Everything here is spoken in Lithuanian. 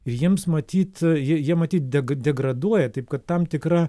ir jiems matyt jie jie matyt deg degraduoja taip kad tam tikra